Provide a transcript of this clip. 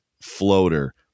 floater